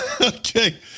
Okay